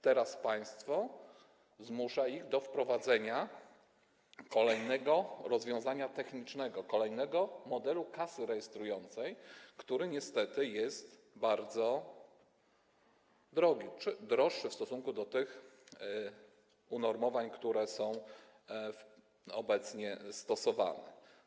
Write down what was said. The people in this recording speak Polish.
Teraz państwo zmusza ich do wprowadzenia kolejnego rozwiązania technicznego, kolejnego modelu kasy rejestrującej, który niestety jest bardzo drogi czy droższy w stosunku do tych, które są obecnie stosowane.